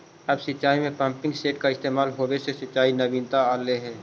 अब सिंचाई में पम्पिंग सेट के इस्तेमाल होवे से सिंचाई में नवीनता अलइ हे